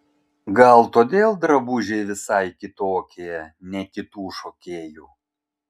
gal todėl drabužiai visai kitokie ne kitų šokėjų